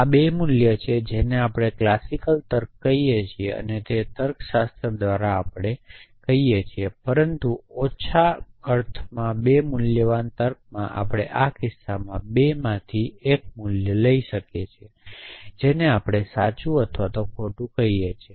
આ 2 મૂલ્ય છે જેને આપણે ક્લાસિક તર્ક કહીએ છીએ અને એ તર્કશાસ્ત્ર દ્વારા આપણે કહીએ છીએ પરંતુ ઓછા અર્થમાં 2 મૂલ્યવાન તર્કમાં આ આપણા કિસ્સામાં 2 મા થી 1 મૂલ્ય લઈ શકે છે જેને આપણે સાચું અને ખોટું કહીએ છીએ